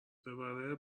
ببره